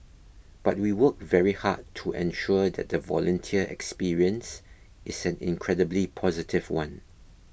but we work very hard to ensure that the volunteer experience is an incredibly positive one